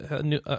new